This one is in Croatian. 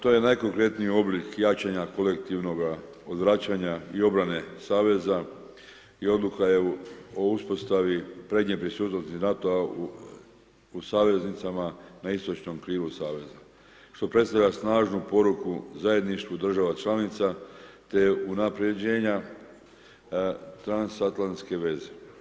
To je najkonkretniji oblik jačanja kolektivnog odvraćanja i obrane saveza i odluka je u uspostavi prednje prisutnosti NATO-a u saveznicama na istočnom krilu saveza što predstavlja snažnu poruku zajedništvu država članica te unaprjeđenja transatlantske veze.